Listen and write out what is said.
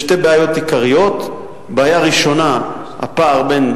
לדון ברפורמה שעניינה ייעול הליכי רישום במסגרת חוק ההסדרים.